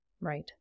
right